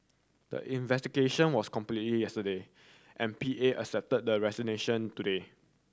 the investigation was completed yesterday and P A accepted the resignation today